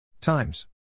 times